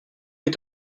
est